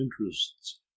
interests